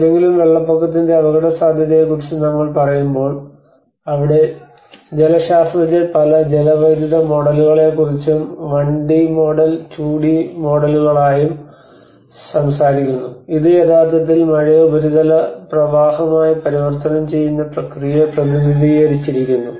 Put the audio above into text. ഏതെങ്കിലും വെള്ളപ്പൊക്കത്തിന്റെ അപകടസാധ്യതയെക്കുറിച്ച് നമ്മൾ പറയുമ്പോൾ അവിടെ ജലശാസ്ത്രജ്ഞർ പല ജലവൈദ്യുത മോഡലുകളെക്കുറിച്ചും 1 ഡി മോഡൽ 2 ഡി മോഡലുകളായും സംസാരിക്കുന്നു ഇത് യഥാർത്ഥത്തിൽ മഴയെ ഉപരിതല പ്രവാഹമായി പരിവർത്തനം ചെയ്യുന്ന പ്രക്രിയയെ പ്രതിനിധീകരിക്കുന്നു